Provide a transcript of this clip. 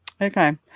Okay